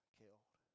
killed